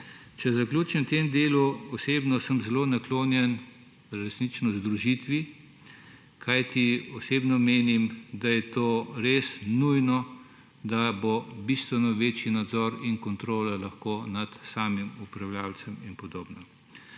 Če zaključim v tem delu, osebno sem resnično zelo naklonjen združitvi, kajti osebno menim, da je to res nujno, da bosta bistveno večji nadzor in kontrola lahko nad samim upravljavcem in podobno.